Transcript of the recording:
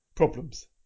Problems